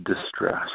distress